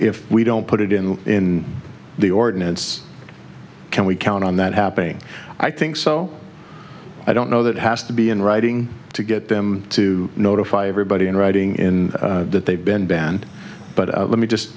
if we don't put it in the ordinance can we count on that happening i think so i don't know that has to be in writing to get them to notify everybody in writing in that they've been banned but let me just